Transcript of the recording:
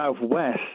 southwest